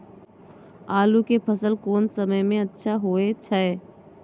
आलू के फसल कोन समय में अच्छा होय छै?